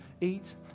eat